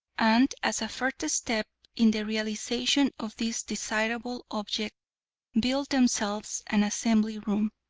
and as a first step in the realisation of this desirable object built themselves an assembly-room.